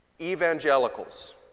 evangelicals